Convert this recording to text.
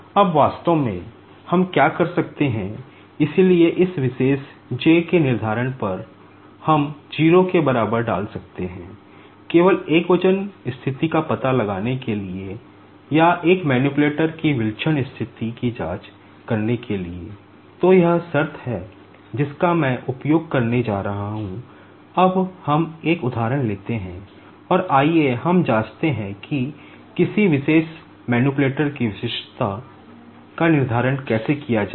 अब वास्तव में हम क्या कर सकते हैं इसलिए इस विशेष J का निर्धारण कैसे किया जाए